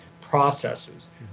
processes